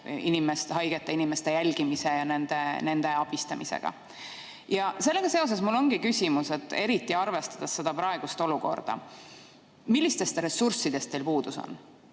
haigete inimeste jälgimise ja nende abistamisega. Sellega seoses mul ongi küsimus, eriti arvestades praegust olukorda: millistest ressurssidest teil puudus on?